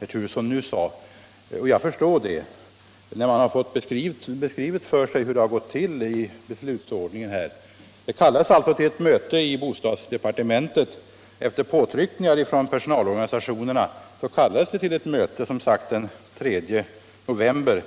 herr Turesson nu sade. Och jag förstår det, eftersom jag har fått beskrivet hur det har gått till i fråga om beslutsordningen. Efter påtryckningar från personalorganisationerna kallades de till ett möte den 3 november.